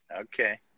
Okay